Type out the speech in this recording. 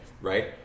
right